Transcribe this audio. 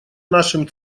нашим